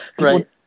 Right